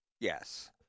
Yes